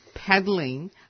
peddling